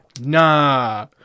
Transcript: Nah